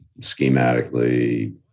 schematically